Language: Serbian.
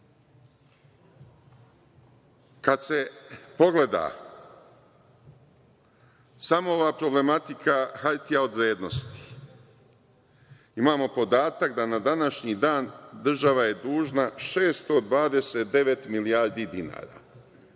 ima. Kad se pogleda samo ova problematika hartija od vrednosti, imamo podatak da na današnji dan država je dužna 629 milijardi dinara.